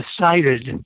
decided